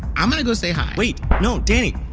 i'm going to go say hi wait. no, danny.